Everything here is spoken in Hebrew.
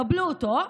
קבלו אותו: